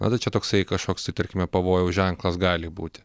tada čia toksai kažkoks tai tarkime pavojaus ženklas gali būti